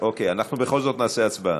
אנחנו בכל זאת נעשה הצבעה.